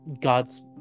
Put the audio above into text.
god's